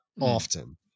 often